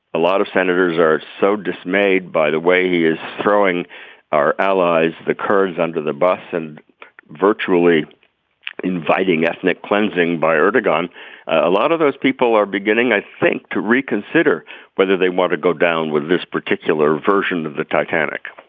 a lot of senators are so dismayed by the way he is throwing our allies the kurds under the bus and virtually inviting ethnic cleansing by ertegun a lot of those people are beginning i think to reconsider whether they want to go down with this particular version of the titanic